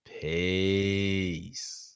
peace